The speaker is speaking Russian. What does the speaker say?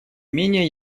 менее